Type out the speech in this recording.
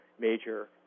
major